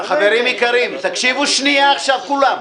--- חברים יקרים, תקשיבו שנייה כולם.